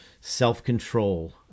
Self-control